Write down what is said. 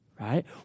right